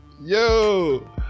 Yo